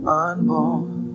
unborn